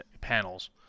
panels